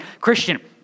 Christian